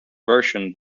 version